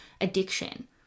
addiction